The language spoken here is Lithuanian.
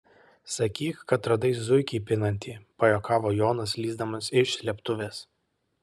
sakyk kad radai zuikį pinantį pajuokavo jonas lįsdamas iš slėptuvės